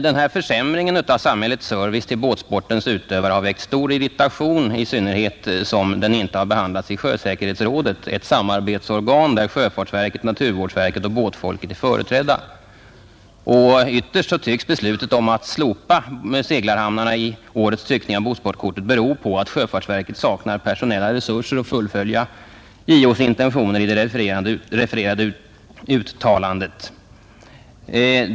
Denna försämring av samhällets service till båtsportens utövare som borttagandet av seglarhamnarna utgör har väckt stor irritation, i synnerhet som den inte behandlats i sjösäkerhetsrådet, ett samarbetsorgan där sjöfartsverket, naturvårdsverket och båtfolket är företrädda. Ytterst tycks beslutet att slopa seglarhamnarna i årets tryckning av båtsportkortet bero på att sjöfartsverket saknar personella resurser att fullfölja JO:s intentioner i det av statsrådet refererade uttalandet.